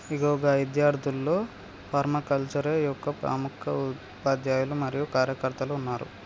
ఇగో గా ఇద్యార్థుల్లో ఫర్మాకల్చరే యొక్క ప్రముఖ ఉపాధ్యాయులు మరియు కార్యకర్తలు ఉన్నారు